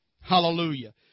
hallelujah